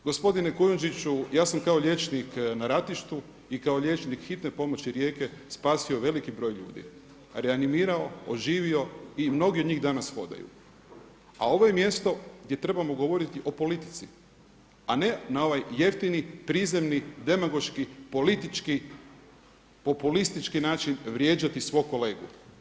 Gospodine Kujundžiću ja sam kao liječnik na ratištu i kao liječnik hitne pomoći Rijeke spasio veliki broj ljudi, reanimirao, oživio i mnogi od njih danas hodaju a ovo je mjesto gdje trebamo govoriti o politici a ne na ovaj jeftini, prizemni, demagoški, politički, populistički način vrijeđati svog kolegu.